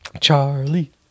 Charlie